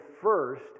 first